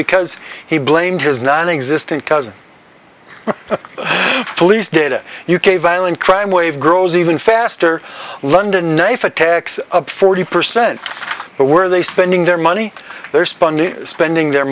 because he blamed his nonexistent cousin police data u k violent crime wave grows even faster london knife attacks up forty percent but where are they spending their money they're spending spending their